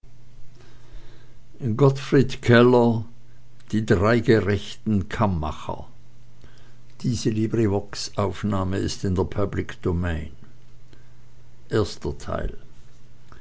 zu seldwyla die drei gerechten kammacher